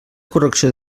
correcció